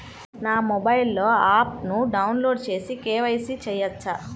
నా మొబైల్లో ఆప్ను డౌన్లోడ్ చేసి కే.వై.సి చేయచ్చా?